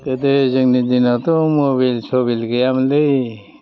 गोदो जोंनि दिनावथ' मबाइल सबेल गैयामोनलै